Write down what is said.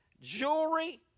jewelry